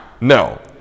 No